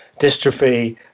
dystrophy